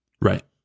Right